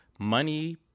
Money